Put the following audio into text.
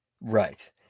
Right